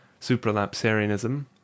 supralapsarianism